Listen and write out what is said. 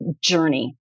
journey